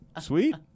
Sweet